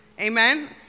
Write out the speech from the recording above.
Amen